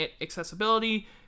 accessibility